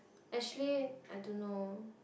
actually I don't know